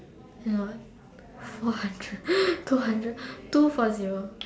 cannot four hundred two hundred two four zero